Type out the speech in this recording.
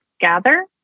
Gather